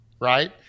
right